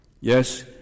Yes